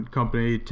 company